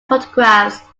photographs